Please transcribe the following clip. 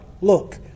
Look